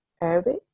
Arabic